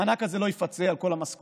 המענק הזה לא יפצה על כל המשכורת,